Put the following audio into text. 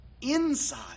inside